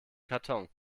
karton